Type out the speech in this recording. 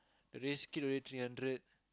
race kit already three hundred